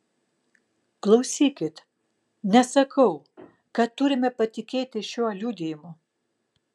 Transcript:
klausykit nesakau kad turime patikėti šiuo liudijimu